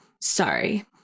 Sorry